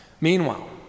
Meanwhile